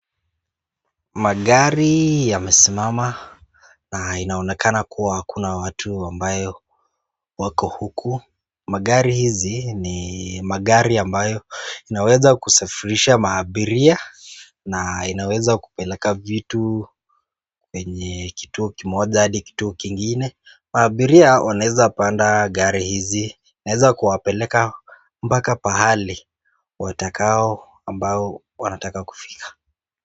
Magari yamesimama na inaonekana kuwa hakuna watu ambayo wako huku. Magari hizi ni magari ambayo inaweza kusafirisha maabiria na inaweza kupeleka vitu penye kituo kimoja hadi kituo kingine. Maabiria wanaweza panda gari hizi, inaweza kuwapeleka mpaka pahali watakao, ambao wanataka kufika.